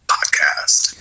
Podcast